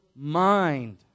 Mind